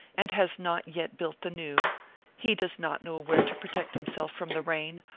and has not yet built the new he does not know where to protect himself from the rain,